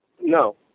No